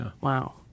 Wow